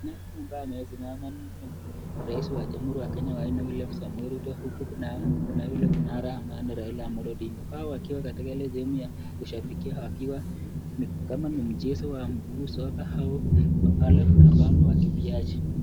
Naye huyu ambaye amesimama, ni raisi wa jamuhuri ya Kenya wa nne William Samoi Ruto huku naye kuna yule kinara ambaye ni Raila Amolo Odinga. Hao wakiwa katika ile sehemu ya kushambikia wakiwa, ni kama ni mchezo wa mguu soko au wale ambao ni wawakimbiaji.